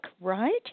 right